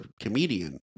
comedian